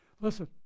Listen